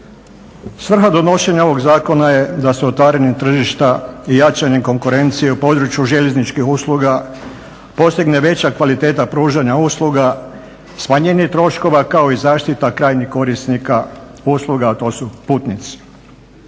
Svrha donošenja ovog zakona je da se …/Govornik se ne razumije./… tržišta i jačanje konkurencije u području željezničkih usluga postigne veća kvaliteta pružanja usluga, smanjenje troškova kao i zaštita krajnjih korisnika usluga a to su putnici.